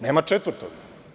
Nema četvrtog.